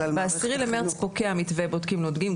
ב-10 למרץ פוקע המתווה בודקים ולומדים,